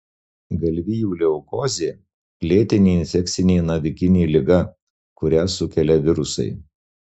galvijų leukozė lėtinė infekcinė navikinė liga kurią sukelia virusai